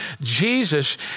Jesus